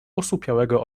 osłupiałego